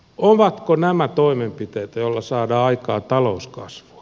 ovatko nämä toimenpiteitä jolla saadaan aikaan talouskasvua